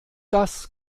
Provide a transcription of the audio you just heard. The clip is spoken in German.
das